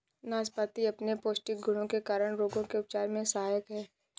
नाशपाती अपने पौष्टिक गुणों के कारण रोगों के उपचार में सहायक है